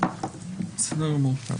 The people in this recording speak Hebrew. בסדר גמור.